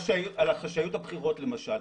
חשאיות הבחירות למשל.